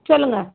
சொல்லுங்க